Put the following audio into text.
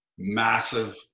Massive